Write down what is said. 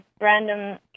random